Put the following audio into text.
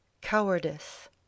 Cowardice